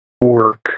work